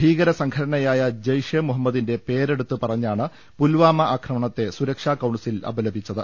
ഭീകര സംഘടനയായ ജെയ്ഷെ മുഹമ്മദിന്റെ പേരെടുത്ത് പറഞ്ഞാണ് പുൽവാമ ആക്രമ ണത്തെ സുരക്ഷാ കൌൺസിൽ അപലപിച്ചത്